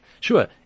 Sure